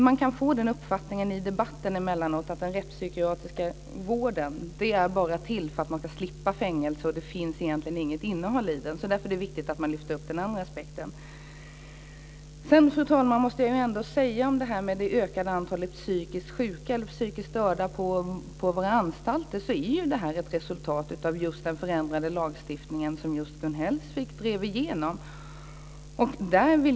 Man kan emellanåt få uppfattningen i debatten att den rättspsykiatriska vården bara är till för att vi ska slippa fängelser och att det egentligen inte finns något innehåll i den. Därför är det viktigt att man lyfter upp den andra aspekten. Fru talman! När det sedan gäller det ökande antalet psykiskt sjuka eller psykiskt störda på våra anstalter måste jag säga att det är ett resultat av den förändrade lagstiftning som Gun Hellsvik drev igenom.